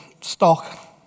stock